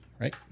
Right